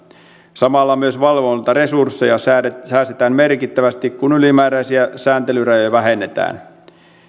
samalla myös valvontaresursseja säästetään merkittävästi kun ylimääräisiä sääntelyrajoja vähennetään